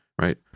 right